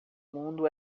mundo